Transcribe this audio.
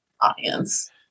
audience